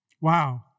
Wow